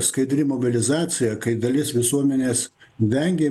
skaidri mobilizacija kai dalis visuomenės vengė